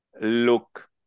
look